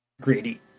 greedy